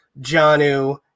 Janu